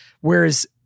Whereas